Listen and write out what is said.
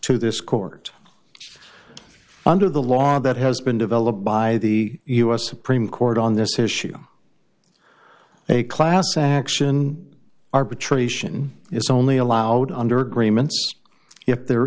to this court under the law that has been developed by the u s supreme court on this issue a class action arbitration is only allowed under agreements if there